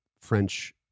French